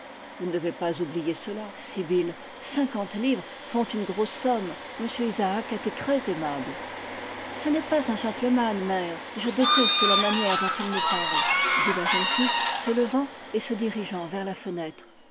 vous ne devez pas oublier cela sibyl cinquante livres font une grosse somme m isaacs a été très aimable ce n'est pas un gentleman mère et je déteste la manière dont il me parle dit la jeune fille se levant et se dirigeant vers la fenêtre